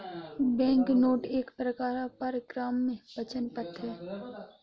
banknote एक प्रकार का परक्राम्य वचन पत्र है